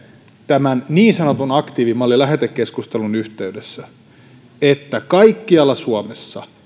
tämän niin sanotun aktiivimallin lähetekeskustelun yhteydessä kaikkialla suomessa